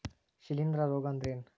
ಶಿಲೇಂಧ್ರ ರೋಗಾ ಅಂದ್ರ ಏನ್?